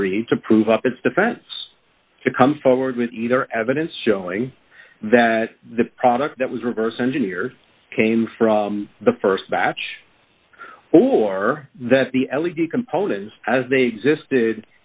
three to prove up its defense to come forward with either evidence showing that the product that was reverse engineer came from the st batch or that the l e d components as they exist